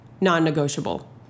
non-negotiable